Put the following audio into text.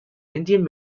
indian